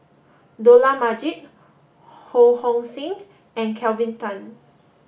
Dollah Majid Ho Hong Sing and Kelvin Tan